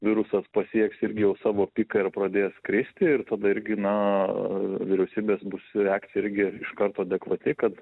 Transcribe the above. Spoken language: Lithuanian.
virusas pasieks irgi jau savo piką ir pradės kristi ir tada irgi na vyriausybės bus reakcija irgi iškarto adekvati kad